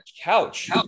couch